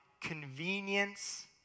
convenience